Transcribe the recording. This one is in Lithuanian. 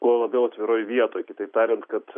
kuo labiau atviroj vietoj kitaip tariant kad